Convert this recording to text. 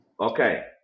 okay